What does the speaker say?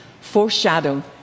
foreshadow